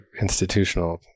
institutional